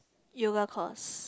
yoga course